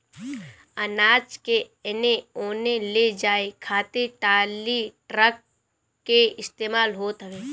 अनाज के एने ओने ले जाए खातिर टाली, ट्रक के इस्तेमाल होत हवे